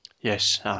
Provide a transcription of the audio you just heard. Yes